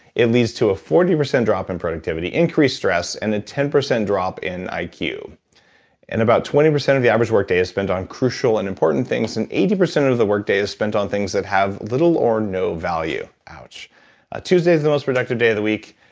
at least to a forty percent drop in productivity, increased stress, and a ten percent drop in iq. and about twenty percent of the average work day is spent on crucial and important things and eighty percent of the workday is spent on things that have little or no value. ouch tuesday is the most productive day of the week.